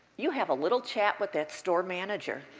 you have a little chat with that store manager.